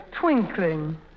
twinkling